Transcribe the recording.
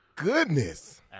goodness